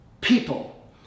People